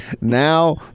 now